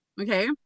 okay